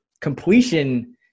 completion